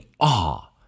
awe